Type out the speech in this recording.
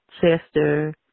Chester